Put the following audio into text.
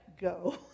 go